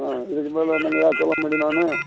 ம் இதுக்குமேல் என்னங்கய்யா சொல்லமுடியும் நான்